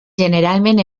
generalment